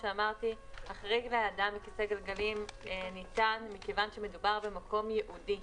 החריג לאדם עם כיסא גלגלים ניתן מכיוון שמדובר במקום ייעודי.